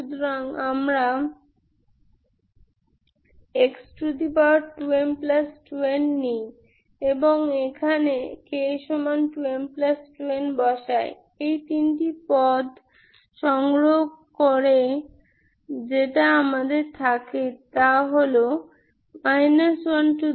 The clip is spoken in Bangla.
সুতরাং আমরা x2m2n নি এবং এখানে k2m2n বসাই এই তিনটি পথ সংগ্রহ করেহ যেটা আমাদের থাকে এখানে তা হল 1m2mn22mn 1m